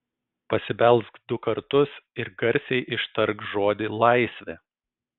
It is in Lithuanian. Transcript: pasibelsk du kartus ir garsiai ištark žodį laisvė